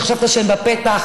שחשבת שהן בפתח,